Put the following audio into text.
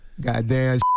Goddamn